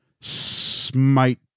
smite